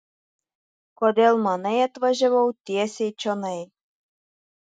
kodėl manai atvažiavau tiesiai čionai